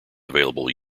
available